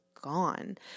gone